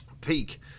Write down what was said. peak